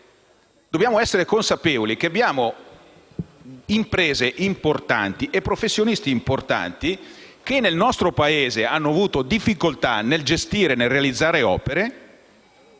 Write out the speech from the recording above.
dobbiamo essere consapevoli del fatto che abbiamo imprese e professionisti importanti che nel nostro Paese hanno avuto difficoltà nel gestire e realizzare opere